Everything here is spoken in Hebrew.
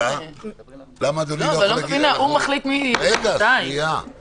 כי הוא לא מחכה לזכות הדיבור